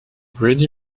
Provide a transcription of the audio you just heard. grady